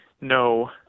no